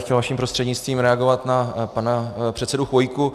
Chtěl bych vaším prostřednictvím reagovat na pana předsedu Chvojku.